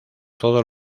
todo